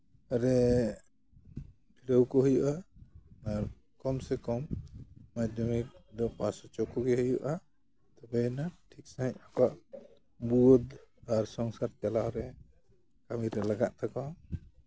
ᱨᱮ ᱠᱚ ᱦᱩᱭᱩᱜᱟᱼᱟ ᱟᱨ ᱠᱚᱢ ᱥᱮ ᱠᱚᱢ ᱢᱟᱫᱽᱫᱷᱚᱢᱤᱠ ᱫᱚ ᱯᱟᱥ ᱦᱚᱪᱚ ᱠᱚᱜᱮ ᱦᱩᱭᱩᱜᱼᱟ ᱛᱚᱵᱮᱭᱮᱱᱟᱝ ᱴᱷᱤᱠ ᱥᱟᱺᱦᱤᱡ ᱟᱠᱚᱣᱟᱜ ᱵᱩᱫ ᱟᱨ ᱥᱚᱝᱥᱟᱨ ᱪᱟᱞᱟᱣ ᱨᱮ ᱠᱟᱹᱢᱤ ᱨᱮ ᱞᱟᱜᱟᱜ ᱛᱟᱠᱚᱣᱟ